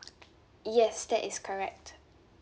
yes that is correct